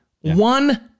One